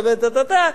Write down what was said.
וטא-טא-טא,